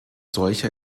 solcher